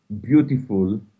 beautiful